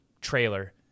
trailer